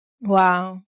Wow